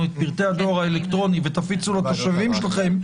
את פרטי הדואר האלקטרוני ותפיצו לתושבים שלכם,